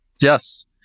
Yes